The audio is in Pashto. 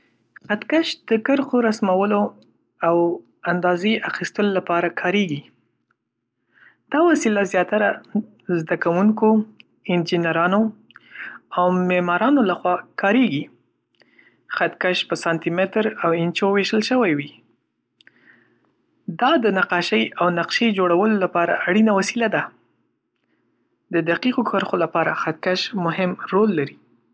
خطکش د کرښو رسمولو او اندازی اخیستلو لپاره کارېږي. دا وسیله زیاتره د زده کوونکو، انجنیرانو او معمارانو لخوا کارېږي. خطکش په سانتي‌متر او انچو وېشل شوی وي. دا د نقاشۍ او نقشې جوړولو لپاره اړینه وسیله ده. د دقیقو کرښو لپاره خطکش مهم رول لري.